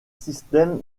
système